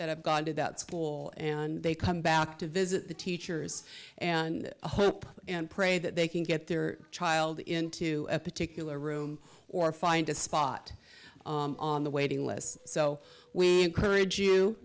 that have gone to that school and they come back to visit the teachers and hope and pray that they can get their child into a particular room or find a spot on the waiting list so we encourage you